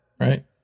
right